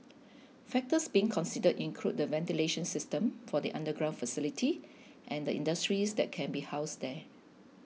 factors being considered include the ventilation system for the underground facility and the industries that can be housed there